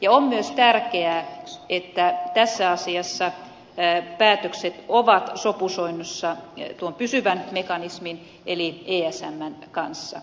on myös tärkeää että tässä asiassa päätökset ovat sopusoinnussa tuon pysyvän mekanismin eli esmn kanssa